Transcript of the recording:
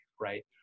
Right